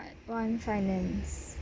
one finance